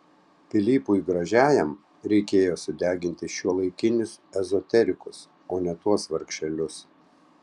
pilypui gražiajam reikėjo sudeginti šiuolaikinius ezoterikus o ne tuos vargšelius